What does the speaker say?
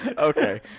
Okay